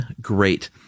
great